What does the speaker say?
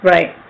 Right